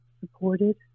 supported